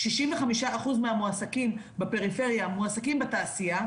שישים וחמישה אחוז מהמועסקים בפריפריה מועסקים בתעשייה,